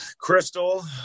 Crystal